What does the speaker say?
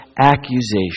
accusation